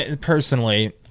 personally